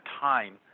time